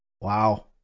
Wow